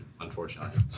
unfortunately